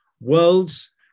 Worlds